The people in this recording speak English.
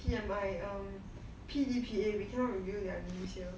P_M I P_D_P_A we cannot reveal their names here